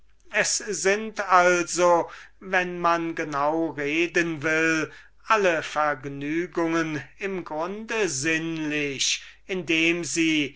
es sind also wenn man genau reden will alle vergnügungen im grunde sinnlich indem sie